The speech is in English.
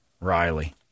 Riley